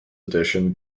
edition